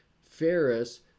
Ferris